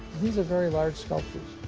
these are very large sculptures.